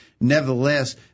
Nevertheless